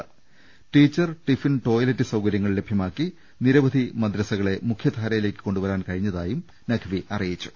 teacher tiffin toilet സൌകര്യങ്ങൾ ലഭ്യമാക്കി നിരവധി മദ്രസകളെ മുഖ്യ ധാരയിലേക്ക് കൊണ്ടുവരാൻ കഴിഞ്ഞതായും നഖ്വി അറി യിച്ചു